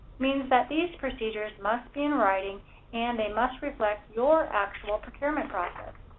means that these procedures must be in writing and they must reflect your actual procurement process.